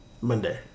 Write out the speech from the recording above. Monday